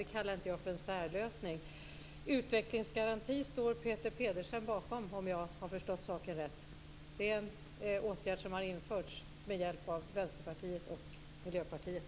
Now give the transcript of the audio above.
Det kallar inte jag för en särlösning. Utvecklingsgarantin står Peter Pedersen bakom, om jag har förstått saken rätt. Det är en åtgärd som har införts med hjälp av Vänsterpartiet och Miljöpartiet.